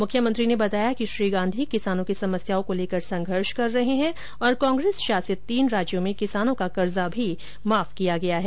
मुख्यमंत्री ने बताया कि श्री गांधी किसानों की समस्याओं को लेकर संघर्ष कर रहे है तथा कांग्रेस शासित तीन राज्यों में किसानों का कर्जा भी माफ किया गया है